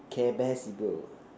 care bear sibo